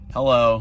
Hello